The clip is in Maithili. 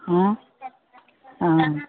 हँ हँ